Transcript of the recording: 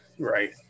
Right